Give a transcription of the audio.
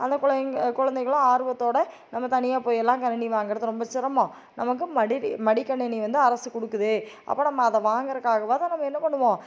அந்த கொழந்தைங்க கொழந்தைகளும் ஆர்வத்தோடு நம்ம தனியாக போயெல்லாம் கணினி வாங்குறது ரொம்ப சிரமம் நமக்கும் மடிக்கணினி வந்து அரசு கொடுக்குது அப்போ நம்ம அதை வாங்கறதுக்காகவாது நம்ம என்ன பண்ணுவோம்